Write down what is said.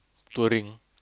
touring